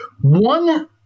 One